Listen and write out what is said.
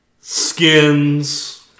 Skins